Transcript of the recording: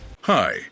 Hi